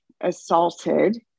assaulted